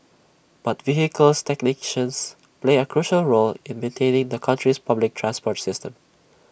but vehicles technicians play A crucial role in maintaining the country's public transport system